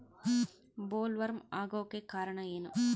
Bollworm ಆಗೋಕೆ ಕಾರಣ ಏನು?